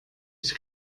ich